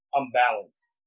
unbalanced